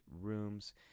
rooms